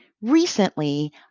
Recently